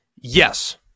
Yes